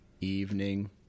evening